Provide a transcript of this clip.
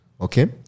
Okay